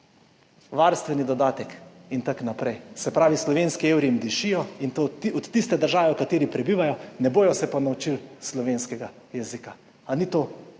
varstveni dodatek in tako naprej. Se pravi, slovenski evri jim dišijo, in to od tiste države, v kateri prebivajo, ne bodo se pa naučili slovenskega jezika. A ni to